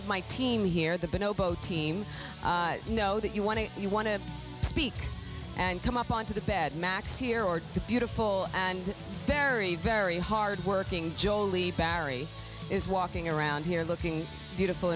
of my team hear the bin obo team know that you want to you want to speak and come up onto the bed max here are the beautiful and very very hardworking jolie barry is walking around here looking beautiful